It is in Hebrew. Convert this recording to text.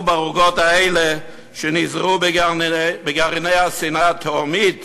בערוגות האלה שנזרעו בגרעיני השנאה התהומית